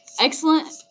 excellent